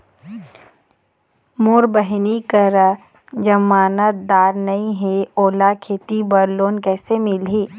मोर बहिनी करा जमानतदार नई हे, ओला खेती बर लोन कइसे मिलही?